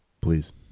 please